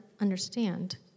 understand